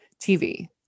TV